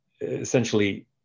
essentially